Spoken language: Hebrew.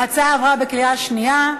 ההצעה עברה בקריאה שנייה.